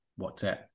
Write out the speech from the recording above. WhatsApp